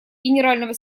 генерального